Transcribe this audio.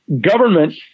government